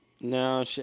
no